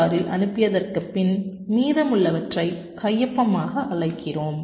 ஆரில் அனுப்பியதர்க்கு பின் மீதமுல்லவற்றை கையொப்பமாக அழைக்கிறோம்